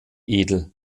edel